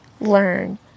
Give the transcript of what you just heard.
learn